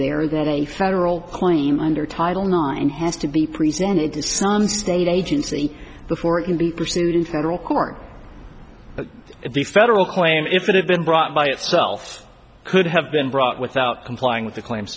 there that a federal claim under title nine has to be presented to some state agency before it can be pursued in federal court if the federal claim if it had been brought by itself could have been brought without complying with the claim